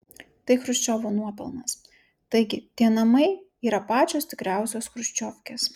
tai chruščiovo nuopelnas taigi tie namai yra pačios tikriausios chruščiovkės